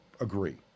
agree